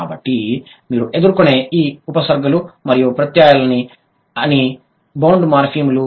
కాబట్టి మీరు ఎదుర్కొనే ఈ ఉపసర్గలు మరియు ప్రత్యయాలన్నీ ఇవి బౌండ్ మార్ఫిమ్లు